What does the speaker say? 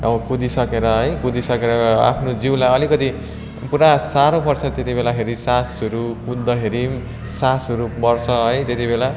अब कुदिसकेर है कुदिसकेर आफ्नो जिउलाई अलिकति पुरा साह्रो पर्छ त्यति बेलाखेरि श्वासहरू कुद्दाखेरि श्वासहरू बढ्छ है त्यति बेला